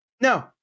No